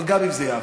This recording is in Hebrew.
אבל גם אם זה יעבור,